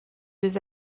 deux